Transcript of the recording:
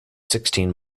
sixteen